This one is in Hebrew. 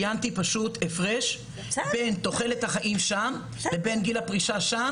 אלא הפרש בין תוחלת החיים וגיל הפרישה שם ביחס לישראל.